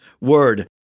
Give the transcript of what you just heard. word